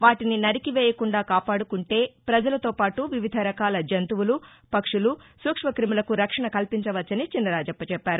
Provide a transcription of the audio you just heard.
వాటిని నరికివేయకుండా కాపాడుకుంటే పజలతోపాటు వివిధ రకాల జంతువులు పక్షులు సూక్ష్మక్రిములకు రక్షణ కల్పించవచ్చని చినరాజప్ప చెప్పారు